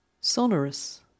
Sonorous